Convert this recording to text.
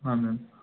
हाँ मैम